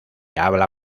habla